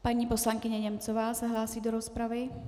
Paní poslankyně Němcová se hlásí do rozpravy.